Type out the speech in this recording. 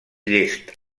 llest